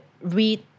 read